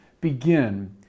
begin